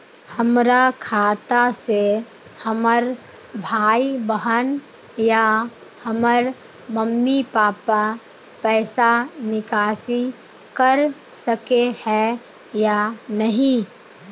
हमरा खाता से हमर भाई बहन या हमर मम्मी पापा पैसा निकासी कर सके है या नहीं?